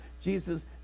Jesus